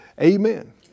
amen